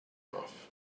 off